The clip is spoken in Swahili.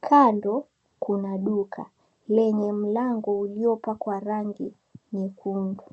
kando, kuna duka lenye mlango uliyopakwa rangi nyekundu.